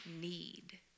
need